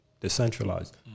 Decentralized